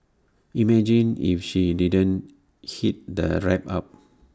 imagine if she didn't heat the wrap up